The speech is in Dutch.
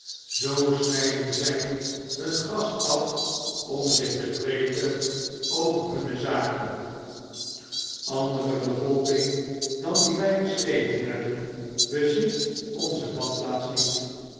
snyden zg hun gas af om zich te wreken over hunne zaken andere bevolking dan die wjj beschreven hebben bezit onze badplaats niet